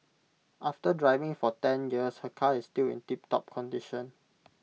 after driving for ten years her car is still in tiptop condition